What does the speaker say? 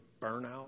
burnout